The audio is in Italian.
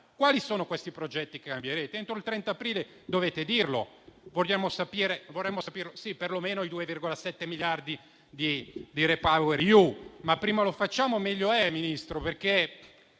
quali sono i progetti che cambierete. Entro il 30 aprile dovete dirlo e vorremmo saperlo, perlomeno rispetto ai 2,7 miliardi di Repower EU. Prima lo facciamo, meglio è, Ministro, perché,